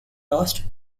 lost